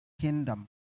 kingdom